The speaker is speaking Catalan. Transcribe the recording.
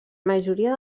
majoria